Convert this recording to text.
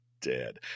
dead